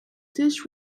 dish